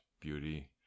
beauty